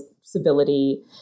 civility